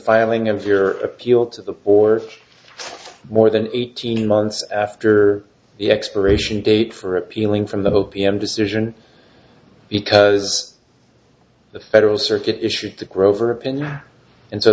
filing of your appeal to the or more than eighteen months after the expiration date for appealing from the o p m decision because the federal circuit issued to